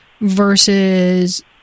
versus